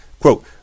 Quote